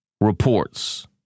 reports